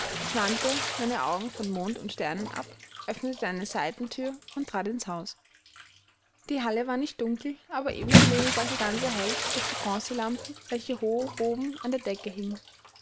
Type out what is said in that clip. ich wandte meine augen von mond und sternen ab öffnete eine seitenthür und trat ins haus die halle war nicht dunkel aber ebensowenig war sie ganz erhellt durch die bronzelampe welche hoch oben an der decke hing